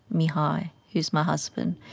mihai who is my husband.